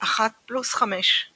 אחת + 5 |